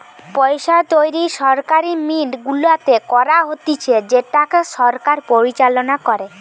পইসা তৈরী সরকারি মিন্ট গুলাতে করা হতিছে যেটাকে সরকার পরিচালনা করে